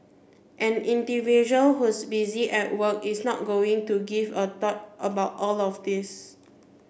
an individual who's busy at work is not going to give a thought about all of this